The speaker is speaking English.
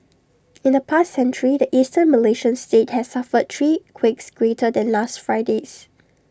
in the past century the Eastern Malaysian state has suffered three quakes greater than last Friday's